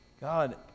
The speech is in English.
God